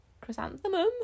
Chrysanthemum